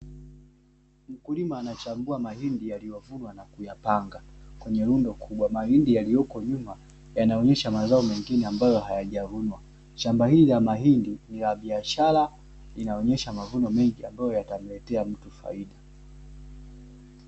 Mkulima anachagua mahindi yaliyovunwa na kuyapanga kwenye lundo kubwa. Mahindi yaliyoko nyuma yanaonesha mazao mengine ambayo hayajavunwa. Shamba hili la mahindi ni la biashara, linaonesha mavuno mengi ambayo yatamletea mtu faida.